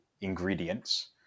ingredients